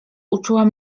uczułam